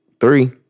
three